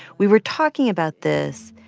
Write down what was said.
we were talking about this,